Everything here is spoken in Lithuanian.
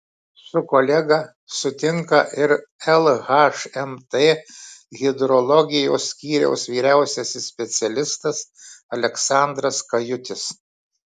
su kolega sutinka ir lhmt hidrologijos skyriaus vyriausiasis specialistas aleksandras kajutis